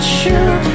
sure